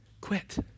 quit